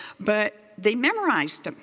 but they memorized it.